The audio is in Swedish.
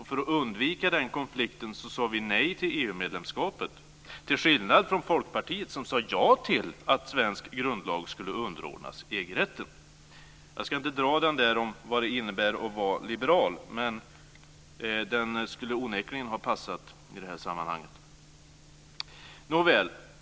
För att undvika den konflikten sade vi nej till EU-medlemskapet, till skillnad från Folkpartiet, som sade ja till att svensk grundlag skulle underordnas EG-rätten. Jag ska inte dra det där om vad det innebär att vara liberal, men det skulle onekligen ha passat i det här sammanhanget.